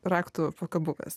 raktų pakabukas